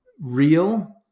real